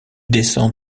descend